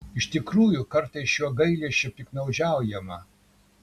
iš tikrųjų kartais šiuo gailesčiu piktnaudžiaujama